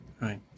Right